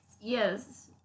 Yes